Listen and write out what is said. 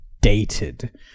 dated